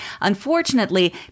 Unfortunately